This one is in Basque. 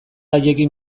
haiekin